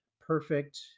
perfect